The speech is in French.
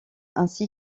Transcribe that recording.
ainsi